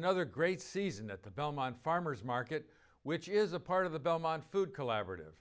another great season at the belmont farmer's market which is a part of the belmont food collaborative